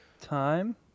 Time